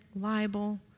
libel